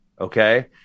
Okay